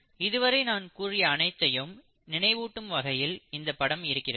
இதுவரை நான் கூறிய அனைத்தையும் நினைவூட்டும் வகையில் இந்த படம் இருக்கிறது